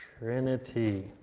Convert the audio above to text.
Trinity